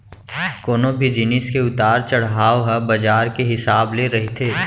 कोनो भी जिनिस के उतार चड़हाव ह बजार के हिसाब ले रहिथे